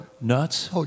nuts